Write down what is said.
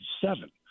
seven